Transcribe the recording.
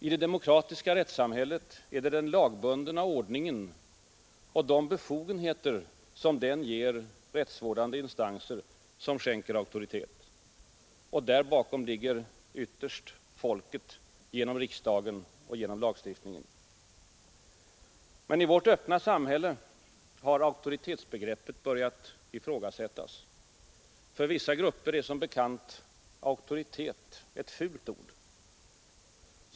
I det demokratiska rättssamhället är det den lagbundna ordningen och de befogenheter den ger rättsvårdande instanser som skänker auktoritet. Och där bakom ligger ytterst folket genom riksdagen och lagstiftningen. Men i vårt öppna samhälle har auktoritetsbegreppet börjat ifrågasättas. För vissa grupper är som bekant auktoritet ett fult ord.